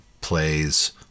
plays